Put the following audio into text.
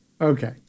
Okay